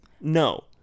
No